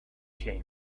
came